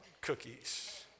cookies